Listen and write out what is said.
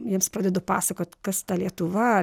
jiems pradedu pasakot kas ta lietuva